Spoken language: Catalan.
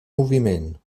moviment